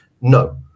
No